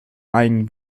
ein